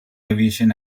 aviation